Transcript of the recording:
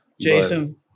jason